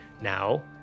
Now